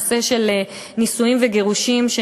הנושא של נישואים וגירושים,